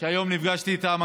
שהיום נפגשתי איתה,